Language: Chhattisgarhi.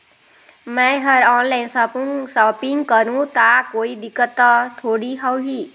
मैं हर ऑनलाइन शॉपिंग करू ता कोई दिक्कत त थोड़ी होही?